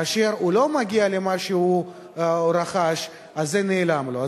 כאשר הוא לא מגיע למה שהוא רכש, זה נעלם לו.